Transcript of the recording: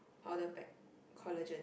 powder pack collagen